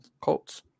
Colts